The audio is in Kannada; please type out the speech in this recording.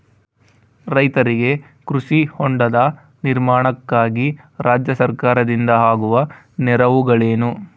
ರೈತರಿಗೆ ಕೃಷಿ ಹೊಂಡದ ನಿರ್ಮಾಣಕ್ಕಾಗಿ ರಾಜ್ಯ ಸರ್ಕಾರದಿಂದ ಆಗುವ ನೆರವುಗಳೇನು?